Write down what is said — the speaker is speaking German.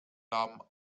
namen